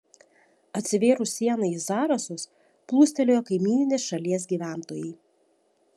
atsivėrus sienai į zarasus plūstelėjo kaimyninės šalies gyventojai